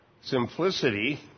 simplicity